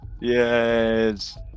Yes